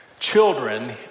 Children